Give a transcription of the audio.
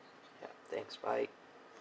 thanks bye